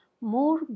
more